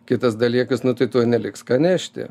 kitas dalykas nu tai tuoj neliks ką nešti